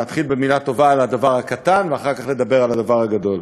להתחיל במילה טובה על הדבר הקטן ואחר כך לדבר על הדבר הגדול.